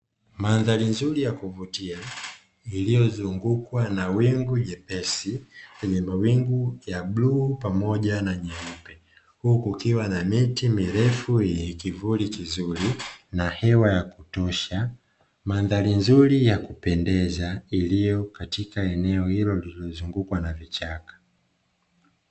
Mandhari nzuri ya kuvutia iliyo zungukwa na wingu jepesi kwenye mawingu ya bluu pamoja na nyeupe huku kukiwa na miti mirefu yenye kivuli kizuri na hewa ya kutosha, mandhari nzuri ya kupendeza iliyo katika eneo hilo lililozungukwa na vichaka.